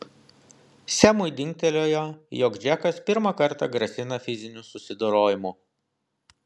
semui dingtelėjo jog džekas pirmą kartą grasina fiziniu susidorojimu